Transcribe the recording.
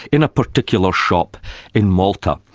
in a particular shop in malta.